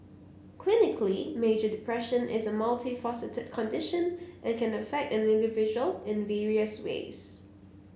clinically major depression is a multifaceted condition and can affect an individual in various ways